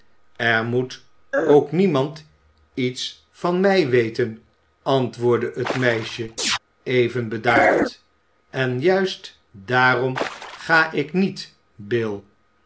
er moet ook niemand iets van mij weten antwoordde het meisje even bedaard en juist daarom ga ik niet bill